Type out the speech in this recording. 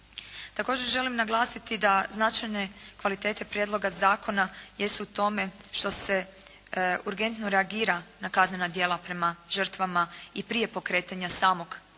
Također želim naglasiti da značajne kvalitete prijedloga zakona jesu u tome što se urgentno reagira na kaznena djela prema žrtvama i prije pokretanja samog kaznenog